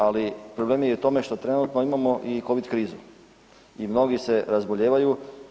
Ali problem je i u tome što trenutno imamo i Covid krizu i mnogi se razbolijevaju.